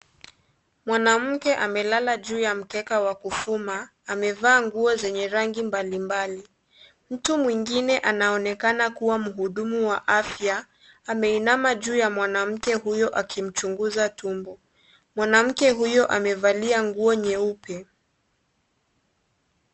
Mwanamke amelala juu ya mkeka wa kufuma amevaa nguo zenye rangi mbali mbali mtu mwingine anaonekana kuwa mhudumu wa afya ameinama juu ya mwanamke huyo akimchunguza tumbo mwanamke huyo amevalia nguo nyeupe.